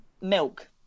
milk